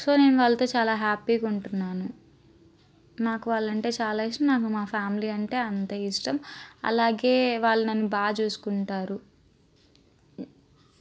so నేను వాళ్లతో చాలా హ్యాపీగా ఉంటున్నాను నాకు వాళ్ళ అంటే చాలా ఇష్టం నాకు మా ఫ్యామిలీ అంటే అంత ఇష్టం అలాగే వాళ్ళు నన్ను బాగా చూసుకుంటారు